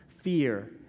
fear